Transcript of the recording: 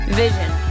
Vision